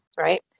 right